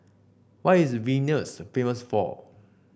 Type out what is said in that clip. what is Vilnius famous for